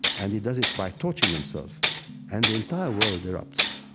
and he does it by torching himself and the entire world erupts.